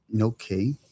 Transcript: Okay